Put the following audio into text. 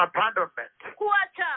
Abandonment